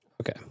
Okay